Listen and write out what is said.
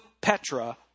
Petra